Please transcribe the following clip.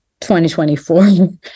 2024